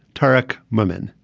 tarek moomin.